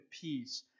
peace